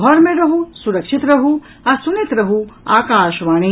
घर मे रहू सुरक्षित रहू आ सुनैत रहू आकाशवाणी